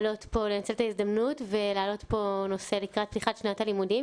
לנצל את ההזדמנות ולהעלות פה נושא לקראת פתיחת שנת הלימודים,